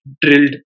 drilled